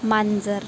मांजर